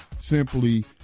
simply